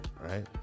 Right